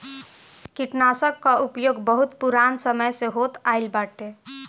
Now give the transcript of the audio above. कीटनाशकन कअ उपयोग बहुत पुरान समय से होत आइल बाटे